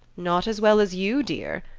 not as well as you, dear,